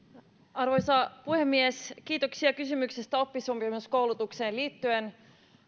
arvoisa puhemies kiitoksia kysymyksestä oppisopimuskoulutukseen liittyen